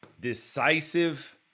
decisive